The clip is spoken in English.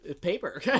paper